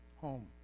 home